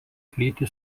plyti